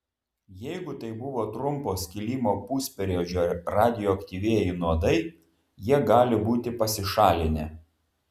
jeigu tai buvo trumpo skilimo pusperiodžio radioaktyvieji nuodai jie gali būti pasišalinę